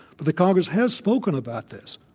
but the congress has spoken about this.